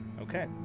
Okay